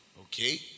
Okay